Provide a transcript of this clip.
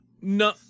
No